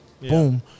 Boom